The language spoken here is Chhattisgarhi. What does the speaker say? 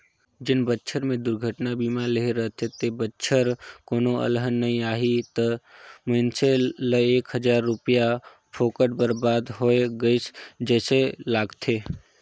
जेन बच्छर मे दुरघटना बीमा लेहे रथे ते बच्छर कोनो अलहन नइ आही त मइनसे ल एक हजार रूपिया फोकट बरबाद होय गइस जइसे लागथें